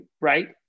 right